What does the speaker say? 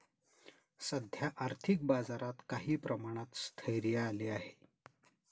सध्या आर्थिक बाजारात काही प्रमाणात स्थैर्य आले आहे